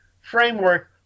framework